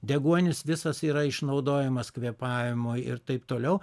deguonis visas yra išnaudojamas kvėpavimo ir taip toliau